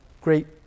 great